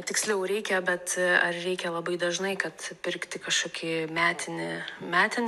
tiksliau reikia bet ar reikia labai dažnai kad pirkti kažkokį metinį metinį